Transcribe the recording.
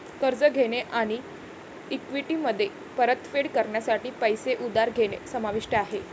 कर्ज घेणे आणि इक्विटीमध्ये परतफेड करण्यासाठी पैसे उधार घेणे समाविष्ट आहे